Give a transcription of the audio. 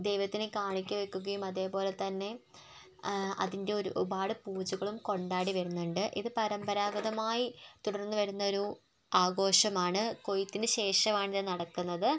ദൈവത്തിന് കാണിക്ക വെക്കുകയും അതുപോലെത്തന്നെ അതിൻ്റെ ഒരുപാട് പൂജകളും കൊണ്ടാടിവരുന്നുണ്ട് ഇത് പാരപരാഗതമായി തുടർന്ന് വരുന്ന ഒരു ആഘോഷമാണ് കൊയ്ത്തിന് ശേഷമാണ് ഇത് നടക്കുന്നത്